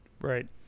Right